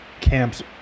camps